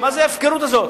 מה ההפקרות הזאת?